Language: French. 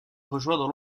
rejoint